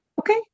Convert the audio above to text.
Okay